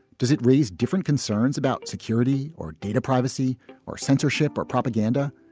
does it raise different concerns about security or data privacy or censorship or propaganda,